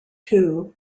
two